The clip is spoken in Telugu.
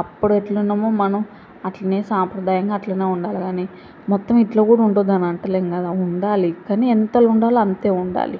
అప్పుడు ఎట్లున్నామో మనం అట్లనే సాంప్రదాయంగా అట్లనే ఉండాలి కానీ మొత్తం ఇట్లా కూడా ఉండొద్దని అంటలేము కదా ఉండాలి కానీ ఎంతలో ఉండాలో అంతే ఉండాలి